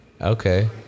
Okay